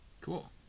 Cool